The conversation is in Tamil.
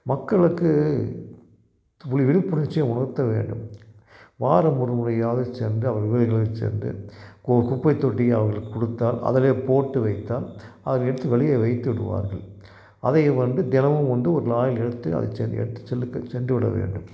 மக்களுக்கு விழி விழிப்புணர்ச்சிய உணர்த்த வேண்டும் வாரம் ஒருமுறையாவது சென்று அவர்கள் வீடுகளுக்குச் சென்று கு குப்பை தொட்டியை அவர்களுக்கு கொடுத்தால் அதிலே போட்டு வைத்தால் அதை எடுத்து வெளியே வைத்துவிடுவார்கள் அதை வந்து தினமும் வந்து ஒரு லாரியில் எடுத்து அதை செ எடுத்துச் செல்லுங்கள் சென்று விட வேண்டும்